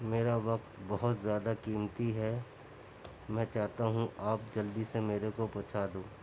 میرا وقت بہت زیادہ قیمتی ہے میں چاہتا ہوں آپ جلدی سے میرے کو پہنچا دو